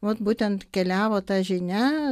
vot būtent keliavo ta žinia